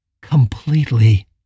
completely